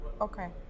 Okay